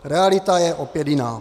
Realita je opět jiná.